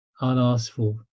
unasked-for